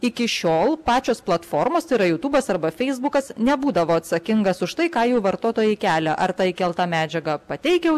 iki šiol pačios platformos tai yra jūtubas arba feisbukas nebūdavo atsakingas už tai ką jų vartotojai kelia ar ta įkelta medžiaga pateikia